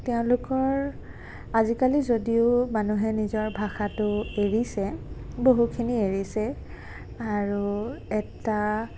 তেওঁলোকৰ আজিকালি যদিও মানুহে নিজৰ ভাষাটো এৰিছে বহুখিনি এৰিছেই আৰু এটা